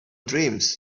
dreams